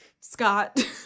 Scott